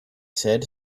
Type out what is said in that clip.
said